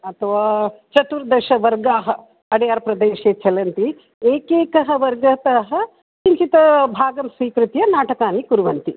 अथवा चतुर्दशवर्गाः अडेयार् प्रदेशे चलन्ति एकैकवर्गतः किञ्चित् भागं स्वीकृत्य नाटकानि कुर्वन्ति